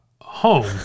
home